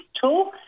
tool